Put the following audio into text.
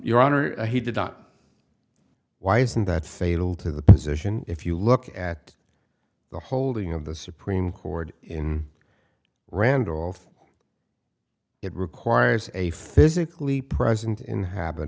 your honor he did not why isn't that fatal to the position if you look at the holding of the supreme court in randolph it requires a physically present in ha